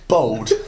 Bold